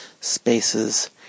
spaces